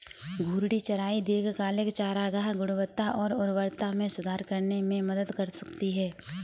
घूर्णी चराई दीर्घकालिक चारागाह गुणवत्ता और उर्वरता में सुधार करने में मदद कर सकती है